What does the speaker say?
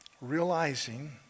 realizing